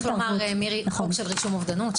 צריך לומר חוק של רישום אובדנות,